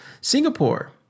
Singapore